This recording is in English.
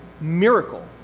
miracle